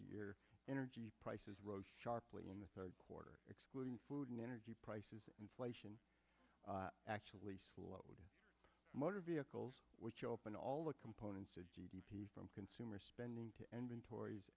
year energy prices rose sharply in the third quarter excluding food and energy prices inflation actually slow motor vehicles which open all the components of g d p from consumer spending to ending tori